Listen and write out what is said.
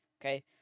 okay